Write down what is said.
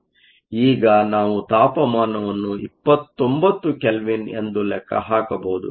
ಈಗ ನಾವು ತಾಪಮಾನವನ್ನು 29 ಕೆಲ್ವಿನ್ ಎಂದು ಲೆಕ್ಕ ಹಾಕಬಹುದು